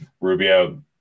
Rubio